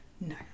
no